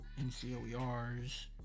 NCOERs